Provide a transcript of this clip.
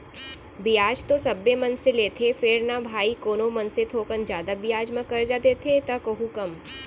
बियाज तो सबे मनसे लेथें फेर न भाई कोनो मनसे थोकन जादा बियाज म करजा देथे त कोहूँ कम